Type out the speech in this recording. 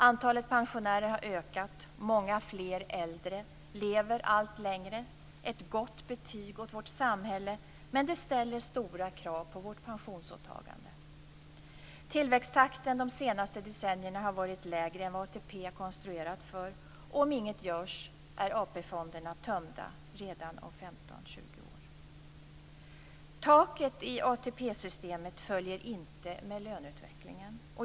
Antalet pensionärer har ökat, och många fler äldre lever allt längre. Ett gott betyg åt vårt samhälle, men det ställer stora krav på vårt pensionsåtagande. Tillväxttakten de senaste decennierna har varit lägre än vad ATP är konstruerat för, och om inget görs är AP fonderna tömda redan om 15-20 år. Taket i ATP systemet följer inte löneutvecklingen.